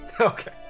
Okay